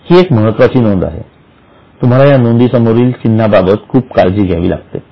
ही एक महत्त्वाची नोंद आहे तुम्हाला या नोंदी समोरील चिन्हा बाबत खूप काळजी घ्यावी लागते